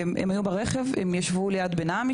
הם ישבו ליד בן-עמי,